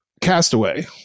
Castaway